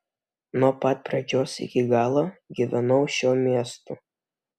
nuo pat pradžios iki galo gyvenau šiuo miestu